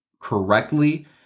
correctly